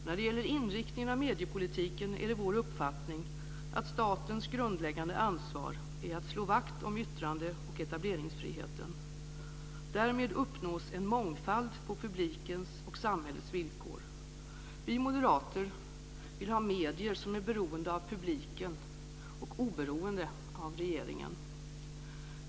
När det gäller inriktningen av mediepolitiken är det vår uppfattning att statens grundläggande ansvar är att slå vakt om yttrande och etableringsfriheten. Därmed uppnås en mångfald på publikens och samhällets villkor. Vi moderater vill ha medier som är beroende av publiken och oberoende av regeringen.